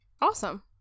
Awesome